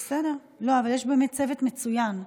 יש באמת צוות מצוין.